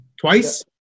twice